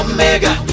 Omega